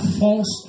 false